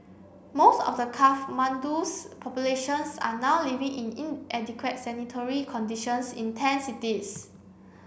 most of the Kathmandu's populations are now living in inadequate sanitary conditions in tent cities